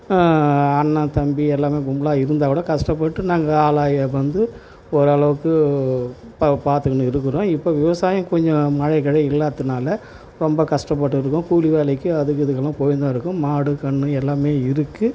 அண்ணன் தம்பி எல்லாமே கும்பலாக இருந்தால்க்கூட கஷ்டப்பட்டு நாங்கள் ஆளாகி வந்து ஓரளவுக்கு அப்பாவை பார்த்துக்கின்னு இருக்கிறோம் இப்போ விவசாயம் கொஞ்சம் மழை கிழை இல்லாத்துனால் ரொம்ப கஷ்டபட்டுருக்கோம் கூலி வேலைக்கு அதுக்கு இதுக்கெல்லாம் போய்ன்னு தான் இருக்கோம் மாடு கன்று எல்லாமே இருக்குது